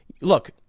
look